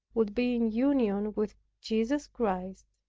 would be in union with jesus christ.